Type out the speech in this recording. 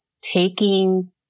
taking